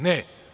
Ne.